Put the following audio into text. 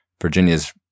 Virginia's